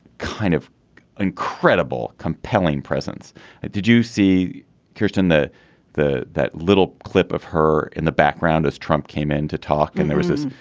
kind of incredible compelling presence did you see kirsten the the that little clip of her in the background as trump came in to talk and there was this.